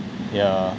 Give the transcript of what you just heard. yeah